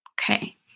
okay